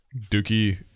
Dookie